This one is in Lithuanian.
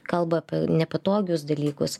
kalba apie nepatogius dalykus